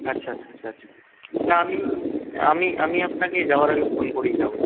আচ্ছা আচ্ছা আচ্ছা আচ্ছা না আমি আমি আমি আপনাকে যাওয়ার আগে ফোন করেই যাব